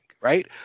Right